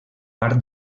part